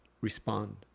respond